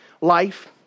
life